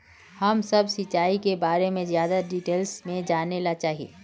हम सब सिंचाई के बारे में ज्यादा डिटेल्स में जाने ला चाहे?